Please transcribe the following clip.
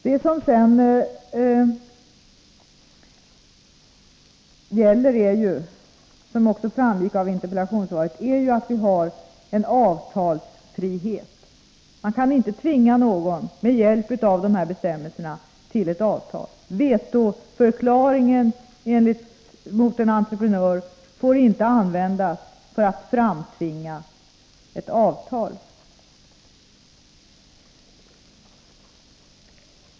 Vad som sedan är viktigt är, vilket också framgick av interpellationssvaret, att det råder avtalsfrihet. Man kan inte med hjälp av dessa bestämmelser tvinga någon att ingå avtal. Vetoförklaringen mot en entreprenör får inte användas för att framtvinga ett avtal.